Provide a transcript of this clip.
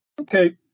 Okay